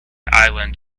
island